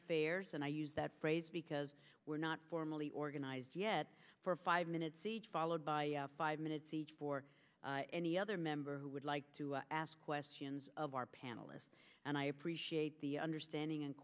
affairs and i use that phrase because we're not formally organized yet for five minutes each followed by five minutes each for any other member who would like to ask questions of our panelists and i appreciate the understanding and